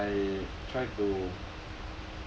I try to